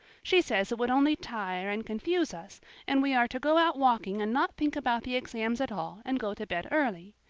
she says it would only tire and confuse us and we are to go out walking and not think about the exams at all and go to bed early.